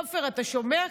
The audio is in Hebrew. סופר, אתה שומע?